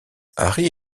harry